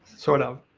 sort of.